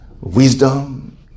Wisdom